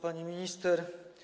Pani Minister!